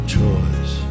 choice